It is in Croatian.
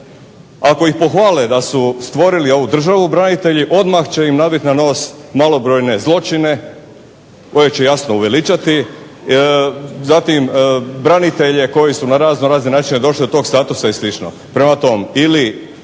Ako ih pohvale da su stvorili ovu državu branitelji, odmah će im nabiti na nos malobrojne zločine koje će jasno uveličati, zatim branitelje koji su na raznorazne načine došli do tog statusa i slično. Prema tome ili